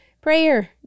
prayer